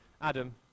Adam